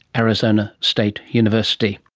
arizona state university